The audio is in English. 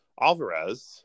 Alvarez